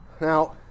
Now